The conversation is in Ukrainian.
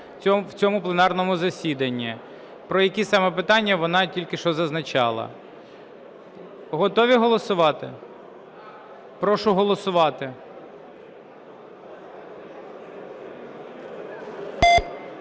в цьому пленарному засіданні. Про які саме питання, вона тільки що зазначала. Готові голосувати? Прошу голосувати.